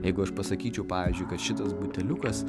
jeigu aš pasakyčiau pavyzdžiui kad šitas buteliukas